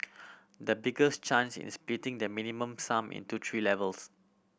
the biggest change is splitting the Minimum Sum into three levels